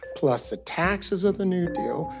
plus the taxes of the new deal,